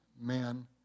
man